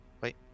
Wait